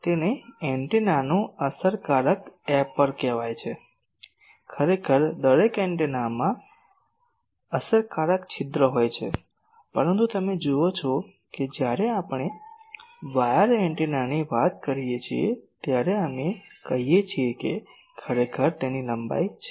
તેને એન્ટેનાનું અસરકારક છિદ્ર કહેવામાં આવે છે ખરેખર દરેક એન્ટેનામાં અસરકારક છિદ્ર હોય છે પરંતુ તમે જુઓ છો કે જ્યારે આપણે વાયર એન્ટેનાની વાત કરીએ છીએ ત્યારે અમે કહીએ છીએ કે ખરેખર તેની લંબાઈ છે